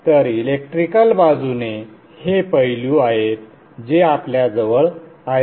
तर इलेक्ट्रिकल बाजूने हे पैलू आहेत जे आपल्याजवळ आहेत